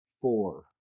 four